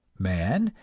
man,